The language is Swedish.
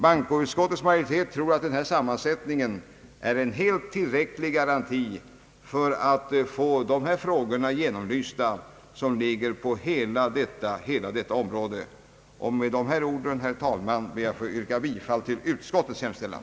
Bankoutskottets majoritet tror att denna sammansättning av utredningen är en tillräcklig garanti för att de frågor som berör hela detta område skall bli belysta. Med dessa ord ber jag, herr talman, att få yrka bifall till utskottets hemställan.